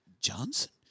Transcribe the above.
Johnson